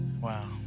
Wow